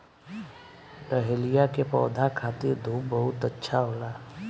dahlia के पौधा खातिर धूप बहुत अच्छा होला